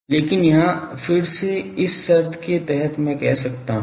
लेकिन यहां फिर से इस शर्त के तहत मैं कह सकता हूं